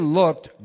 looked